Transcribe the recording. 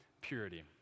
purity